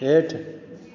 हेठ